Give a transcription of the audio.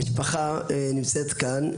המשפחה נמצאת כאן,